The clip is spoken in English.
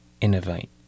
innovate